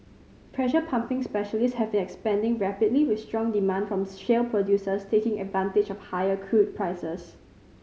pressure pumping specialists have expanding rapidly with strong demand from shale producers taking advantage of higher crude prices